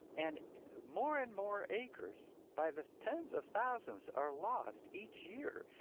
and more and more acres by the tens of thousands are lost each year,